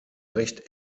recht